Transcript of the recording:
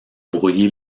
brouiller